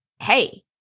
Hey